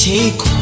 Take